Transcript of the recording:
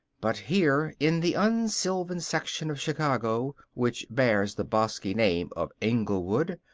but here in the un-sylvan section of chicago which bears the bosky name of englewood,